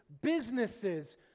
businesses